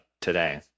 today